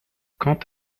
quand